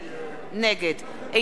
נגד עינת וילף,